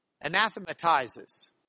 anathematizes